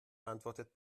antwortet